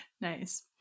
Nice